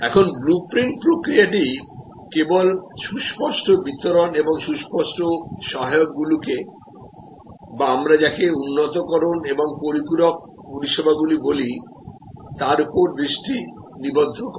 এখন blue print প্রক্রিয়াটি কেবল সুস্পষ্ট বিতরণ এবং সুস্পষ্ট সহায়কগুলিকে বা আমরা যাকে উন্নতকরণ এবং পরিপূরক পরিষেবাগুলি বলি তার উপর দৃষ্টি নিবদ্ধ করে